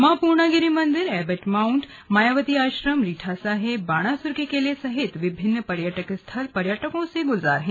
मां पूर्णागिरि मंदिर Abbott Mount Mayawati आश्रम रीठा साहिब बाणासुर के किले सहित विभिन्न पर्यटक स्थल पर्यटकों से गुलजार हैं